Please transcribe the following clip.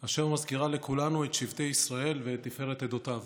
אשר מזכירה לכולנו את שבטי ישראל ואת תפארת עדותיו.